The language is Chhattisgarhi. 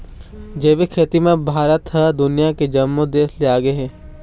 जैविक खेती म भारत ह दुनिया के जम्मो देस ले आगे हे